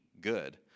good